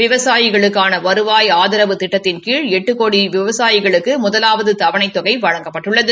விவசாயிகளுக்கான வருவாய் ஆதாரவு திட்டத்தின் கீழ் எட்டு கோடி விவசாயிகளுக்கு முதலாவது தவணைத் தொகை வழங்கப்பட்டுள்ளது